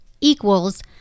equals